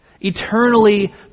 eternally